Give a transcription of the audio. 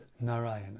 Narayana